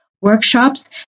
workshops